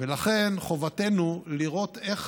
ולכן חובתנו לראות איך